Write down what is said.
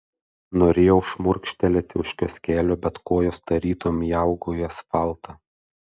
norėjau šmurkštelėti už kioskelio bet kojos tarytum įaugo į asfaltą